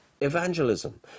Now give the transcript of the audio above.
evangelism